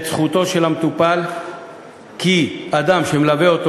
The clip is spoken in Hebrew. את זכותו של מטופל שאדם שמלווה אותו,